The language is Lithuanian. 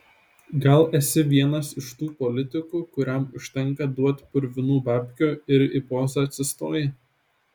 gal esi vienas iš tų politikų kuriam užtenka duot purvinų babkių ir į pozą atsistoji